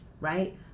right